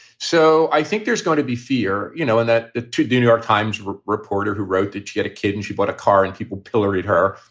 so i think there's going to be fear. you know, and in that to the new york times reporter who wrote that you get a kid and she bought a car and people pilloried her,